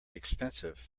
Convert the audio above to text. expensive